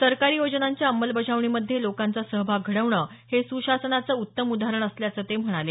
सरकारी योजनांच्या अंमलबजावणीमध्ये लोकांचा सहभाग घडवणं हे सुशासनाचं उत्तम उदाहरण असल्याचं ते म्हणाले